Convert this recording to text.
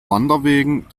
wanderwegen